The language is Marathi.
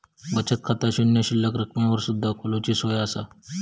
बचत खाता शून्य शिल्लक रकमेवर सुद्धा खोलूची सोया असा